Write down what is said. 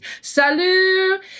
Salut